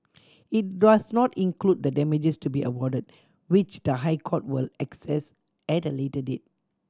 it does not include the damages to be awarded which the High Court will assess at a later date